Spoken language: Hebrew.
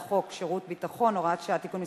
חוק שירות ביטחון (הוראת שעה) (תיקון מס'